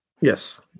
Yes